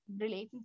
relating